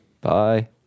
bye